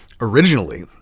originally